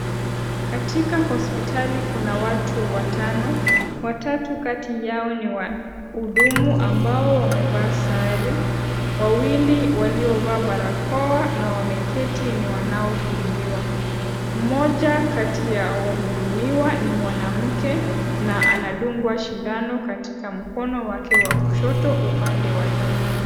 Katika hospitali kuna watu watano , watatu kati yao ni wahudumu ambao wamevaa sare , wawili waliovaa barakoa na wameketi ni wanaohudumuwa . Mmoja kati ya wahudumiwa ni mwanamke na anadungwa sindano katika mkono wake wa kushoto upande wa juu.